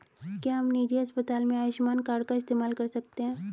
क्या हम निजी अस्पताल में आयुष्मान कार्ड का इस्तेमाल कर सकते हैं?